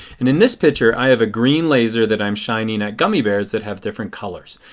and in this picture i have a green laser that i am shining at gummy bears that have different colors.